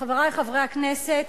חברי חברי הכנסת,